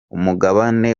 umugabane